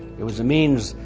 it was a means,